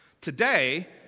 Today